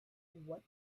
what